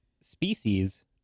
species